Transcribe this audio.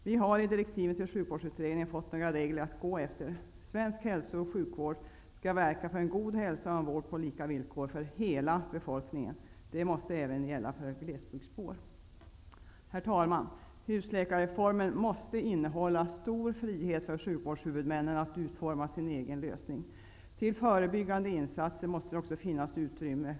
Vi har i direktiven till sjukvårdsutredningen fått några regler att gå efter. Svensk hälso och sjukvård skall verka för en god hälsa och en vård på lika villkor för hela befolkningen. Det måste även gälla för glesbygdsbor. Herr talman! Husläkarreformen måste innehålla stor frihet för sjukvårdshuvudmännen att utforma sin egen lösning. Det måste också finnas utrymme för förebyggande insatser.